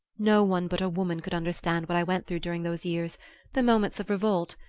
no one but a woman could understand what i went through during those years the moments of revolt,